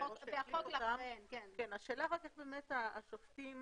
יש תקנות, אבל השאלה איך השופטים